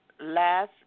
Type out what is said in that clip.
last